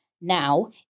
now